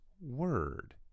Word